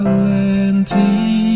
Plenty